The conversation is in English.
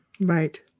Right